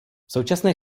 současné